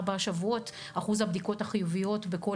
ארבעה שבועות אחוז הבדיקות החיוביות בכל